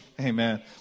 Amen